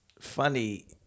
funny